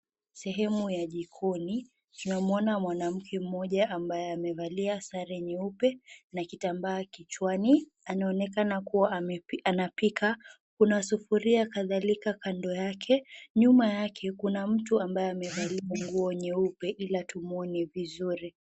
Sehemu ya jikoni, tunamuona mwanamke mmoja ambaye amevalia sare nyeupe na kitambaa kichwani. Anaonekana kuwa anapika. Kuna sufuria kadhalika kando yake. Nyuma yake kuna mtu ambaye amevalia nguo nyeupe ila tumuone vizuri.